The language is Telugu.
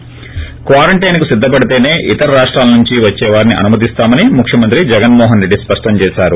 ి క్వారంటైన్కు సిద్దపడితేసే ఇతర రాష్టాల నుంచి వచ్చేవారిని అనుమతిస్తామని ముఖ్యమంత్రి జగన్మోహన్ రెడ్డి స్పష్టం చేశారు